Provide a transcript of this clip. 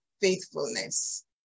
faithfulness